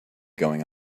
going